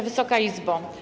Wysoka Izbo!